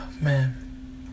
Man